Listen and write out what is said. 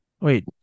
Wait